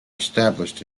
established